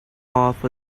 off